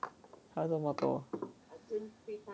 喝这么多